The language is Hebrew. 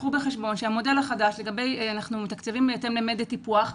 קחו בחשבון שבמודל החדש אנחנו מתקצבים בהתאם למדד טיפוח,